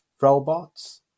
robots